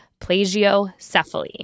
plagiocephaly